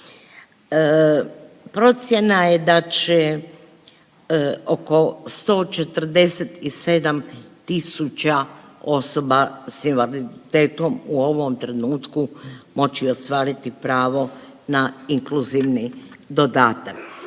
Procjena je da će oko 147 tisuća osoba s invaliditetom u ovom trenutku moći ostvariti pravo na inkluzivni dodatak.